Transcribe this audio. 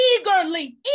eagerly